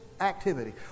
activity